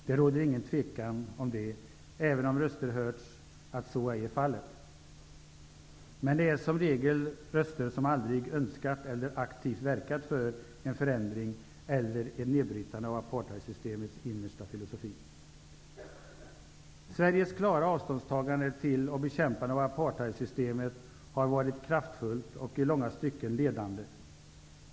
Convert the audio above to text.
Det råder inget tvivel om det, även om röster hörts om att så ej är fallet. Det är som regel röster som aldrig önskat eller aktivt verkat för en förändring och ett nedbrytande av apartheidsystemets innersta filosofi. Sveriges klara avståndstagande från och bekämpande av apartheidsystemet har varit kraftfullt och i långa stycken ledande.